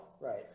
Right